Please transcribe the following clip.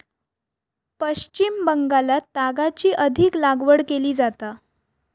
पश्चिम बंगालात तागाची अधिक लागवड केली जाता